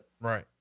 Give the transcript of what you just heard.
right